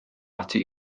ati